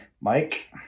Mike